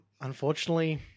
Unfortunately